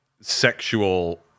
sexual